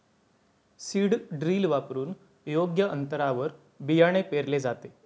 seed drill वापरून योग्य अंतरावर बियाणे पेरले जाते